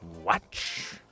watch